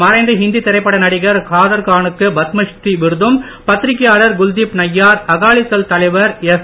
மறைந்த ஹிந்தி திரைப்பட நடிகர் காதர்கா னுக்கு பத்மஸ்ரீ விருதும் பத்திரிகையாளர் குல்தீப் நய்யார் அகாலிதள் தலைவர் எஸ்